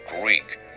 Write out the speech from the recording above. Greek